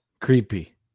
Creepy